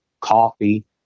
coffee